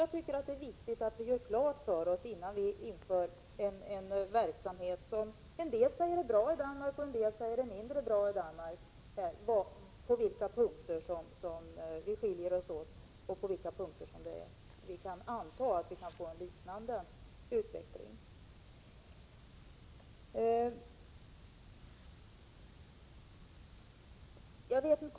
Jag tycker att det är viktigt att vi gör klart för oss innan vi inför en verksamhet — som en del i Danmark tycker är bra och andra tycker är mindre bra — på vilka punkter vi skiljer oss åt och på vilka punkter vi kan anta att vi får en liknande utveckling.